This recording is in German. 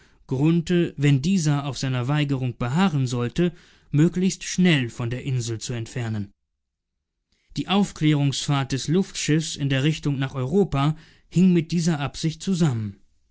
wenn dieser auf seiner weigerung beharren sollte möglichst schnell von der insel zu entfernen die aufklärungsfahrt des luftschiffs in der richtung nach europa hing mit dieser absicht zusammen